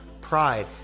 pride